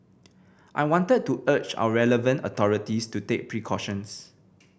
I wanted to urge our relevant authorities to take precautions